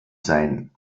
sein